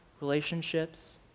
relationships